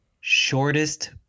shortest